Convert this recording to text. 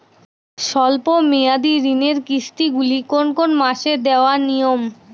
স্বল্প মেয়াদি ঋণের কিস্তি গুলি কোন কোন মাসে দেওয়া নিয়ম?